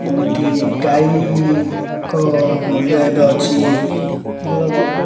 ଏମିତି ଗାଈଙ୍କ ମୂଲ୍ୟ ଏବେ ଅଛି ଭଲ ଗାଈ